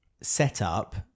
setup